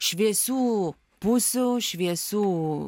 šviesių pusių šviesių